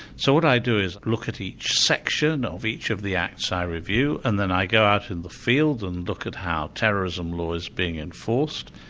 so what i do is look at each section of each of the acts i review, and then i go out in the field and look at how terrorism law is being enforced.